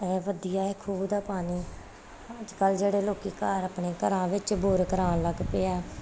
ਇਹ ਵਧੀਆ ਹੈ ਖੂਹ ਦਾ ਪਾਣੀ ਅੱਜ ਕੱਲ੍ਹ ਜਿਹੜੇ ਲੋਕੀ ਘਰ ਆਪਣੇ ਘਰਾਂ ਵਿੱਚ ਬੋਰ ਕਰਵਾਉਣ ਲੱਗ ਪਏ ਆ